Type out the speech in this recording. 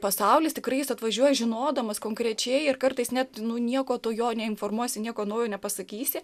pasaulis tikrai jis atvažiuoja žinodamas konkrečiai ir kartais net niekuo tu jo neinformuosi nieko naujo nepasakysi